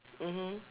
mmhmm